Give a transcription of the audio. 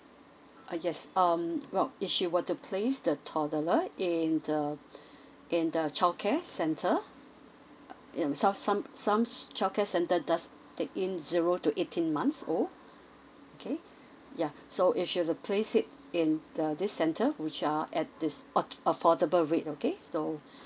uh yes um well if she were to place the toddler in the in the childcare centre in sou~ some some childcare center does take in zero to eighteen months old okay yeuh so if she were to place it in the this center which are at this af~ affordable rate okay so